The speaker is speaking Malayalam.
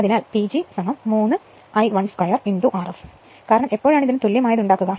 അതിനാൽ PG 3 I1 2 Rf കാരണം എപ്പോഴാണ് ഇതിന് തുല്യമായത് ഉണ്ടാക്കുക